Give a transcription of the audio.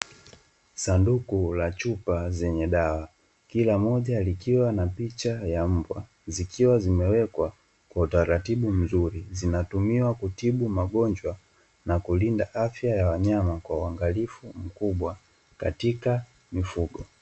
Sanduku la chupa zenye dawa kila moja likiwa na picha ya mbwa, zikiwa zimewekwa kwa utaratibu mzuri. Zinatumiwa kutibu magonjwa na kulinda afya ya wanyama kwa uangalifu mkubwa katika mifugo.